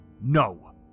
No